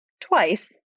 twice